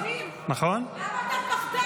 למה אתה פחדן?